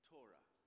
Torah